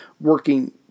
working